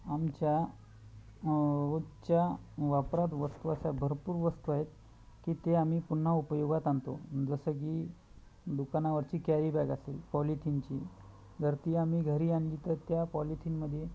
आमच्या रोजच्या वापरात वस्तू अशा भरपूर वस्तू आहेत की ते आम्ही पुन्हा उपयोगात आणतो जसं की दुकानावरची कॅरी बॅग असेल पॉलिथीनची जर ती आम्ही घरी आणली तर त्या पॉलिथीनमध्ये